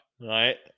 right